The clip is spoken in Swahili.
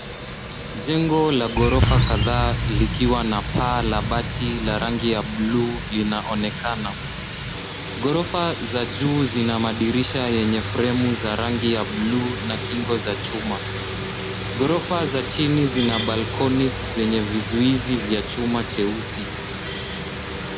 Jengo la ghorofa kadhaa likiwa na paa la bati la rangi ya bluu linaonekana. Ghorofa za juu zina madirisha yenye fremu za rangi ya bluu na kingo za chuma. Ghorofa za chini zina balcony zenye vizuizi vya chuma cheusi.